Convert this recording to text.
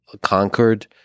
conquered